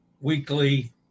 weekly